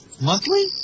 Monthly